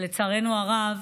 לצערנו הרב,